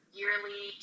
yearly